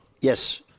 Yes